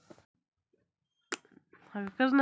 बचत खात्याचे काय काय उपयोग आहेत?